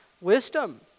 wisdom